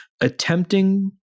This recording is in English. attempting